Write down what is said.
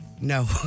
No